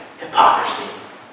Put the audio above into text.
hypocrisy